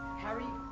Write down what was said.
harry